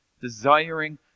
desiring